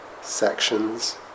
sections